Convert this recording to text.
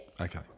Okay